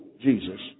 Jesus